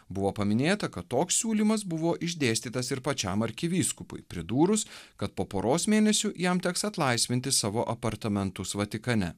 buvo paminėta kad toks siūlymas buvo išdėstytas ir pačiam arkivyskupui pridūrus kad po poros mėnesių jam teks atlaisvinti savo apartamentus vatikane